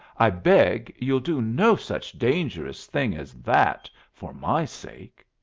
i beg you'll do no such dangerous thing as that for my sake.